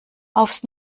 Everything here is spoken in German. aufs